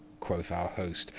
quoth our host,